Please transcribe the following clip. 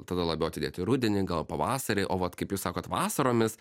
tada labiau atidėt į rudenį gal pavasarį o vat kaip jūs sakot vasaromis